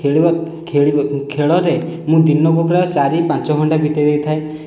ଖେଳିବା ଖେଳରେ ମୁଁ ଦିନକୁ ପୁରା ଚାରି ପାଞ୍ଚ ଘଣ୍ଟା ବିତାଇ ଦେଇଥାଏ